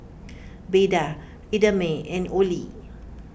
Beda Idamae and Olie